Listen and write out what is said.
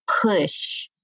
push